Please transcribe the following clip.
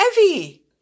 Evie